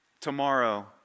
Tomorrow